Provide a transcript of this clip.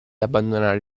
abbandonare